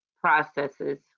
processes